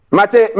Mate